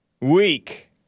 weak